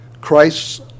christ